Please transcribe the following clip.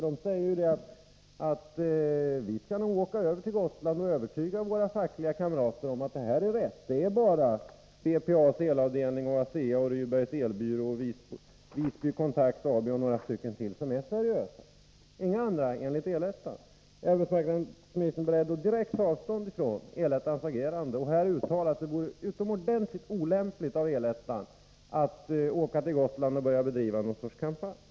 Man säger: Vi skall åka över till Gotland och övertyga våra fackliga kamrater om att det här är rätt. Det är bara BPA:s elavdelning, ASEA, Rydbergs Elbyrå, Visby Kontakt AB och några till som är seriösa enligt El-ettan — inga andra. Är arbetsmarknadsministern beredd att direkt ta avstånd från El-ettans agerande och uttala att det vore utomordentligt olämpligt av El-ettan att åka till Gotland och börja bedriva något slags kampanj?